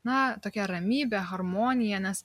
na tokia ramybė harmonija nes